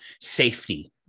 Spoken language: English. safety